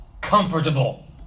comfortable